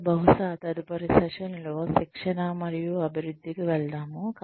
ఆపై బహుశా తదుపరి సెషన్ లో శిక్షణ మరియు అభివృద్ధికి వెళ్దాము